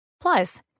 Plus